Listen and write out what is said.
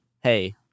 hey